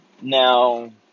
Now